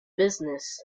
business